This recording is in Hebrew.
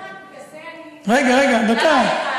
אני יודעת, רגע, רגע.